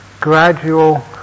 gradual